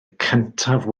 cyntaf